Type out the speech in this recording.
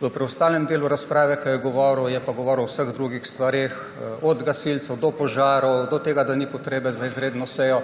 V preostalem delu razprave, ko jo govoril, je pa govoril o vseh drugih stvareh, od gasilcev, do požarov, do tega, da ni potrebe za izredno sejo